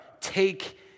take